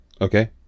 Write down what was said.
okay